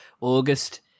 August